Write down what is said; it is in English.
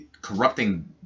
corrupting